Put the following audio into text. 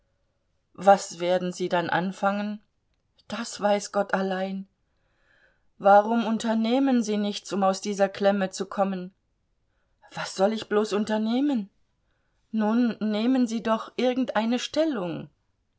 was werden sie dann anfangen das weiß gott allein warum unternehmen sie nichts um aus dieser klemme zu kommen was soll ich bloß unternehmen nun nehmen sie doch irgendeine stellung